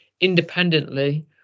independently